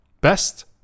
Best